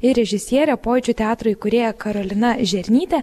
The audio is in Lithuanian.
ir režisierė pojūčių teatro įkūrėja karolina žernytė